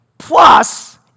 plus